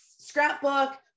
scrapbook